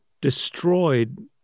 destroyed